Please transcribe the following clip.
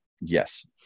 Yes